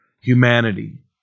humanity